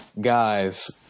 guys